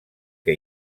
que